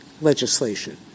legislation